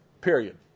Period